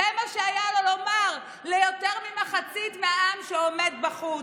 זה מה שהיה לו לומר ליותר ממחצית מהעם שעומד בחוץ,